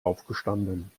aufgestanden